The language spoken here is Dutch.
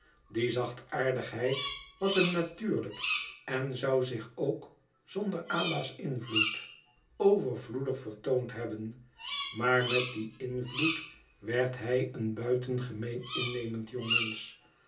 die zachtaardigheid was hem natuurlijk en zou zich ook zonder ada's invloed overvloedig vertoond hebben maar met dien invloed werd hij een buitengemeen innemend jongmensch